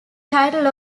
title